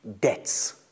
debts